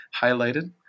highlighted